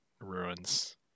ruins